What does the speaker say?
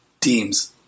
teams